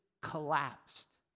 collapsed